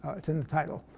it's in the title.